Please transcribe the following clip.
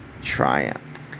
triumph